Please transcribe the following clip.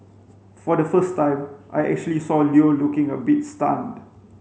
for the first time I actually saw Leo looking a bit stunned